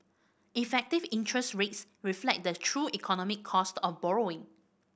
effective interest rates reflect the true economic cost of borrowing